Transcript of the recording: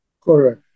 Correct